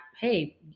Hey